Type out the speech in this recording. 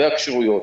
לגבי הכשירויות